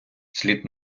слід